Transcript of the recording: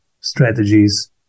strategies